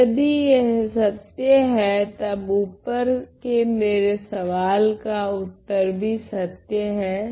तो यदि यह सत्य है तब ऊपर के मेरे सवाल का उत्तर भी सत्य हैं